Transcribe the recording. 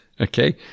okay